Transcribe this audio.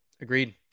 Agreed